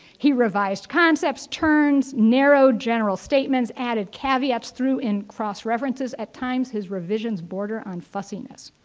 he revised concepts, terms, narrowed general statements, added caveats through in cross references. at times, his revisions border on fussiness.